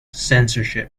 censorship